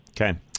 Okay